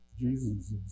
Jesus